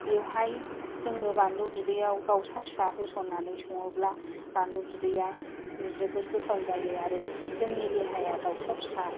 बेवहाय जोङो बानलु बिदैआव दाउसा फिसा होसननानै सङोब्ला बानलु बिदैआ जोबोद गोथाव जायो आरो जोंनि देहाया दाउसा फिसा